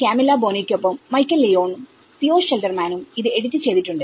Camillo ബോനോയ്ക്കൊപ്പം Michael Leon ഉം Theo Schilderman ഉം ഇത് എഡിറ്റ് ചെയ്തിട്ടുണ്ട്